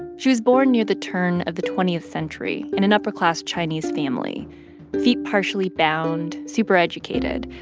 she was born near the turn of the twentieth century in an upper-class chinese family feet partially bound, super educated,